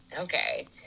Okay